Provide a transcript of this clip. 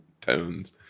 tones